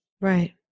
Right